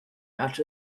match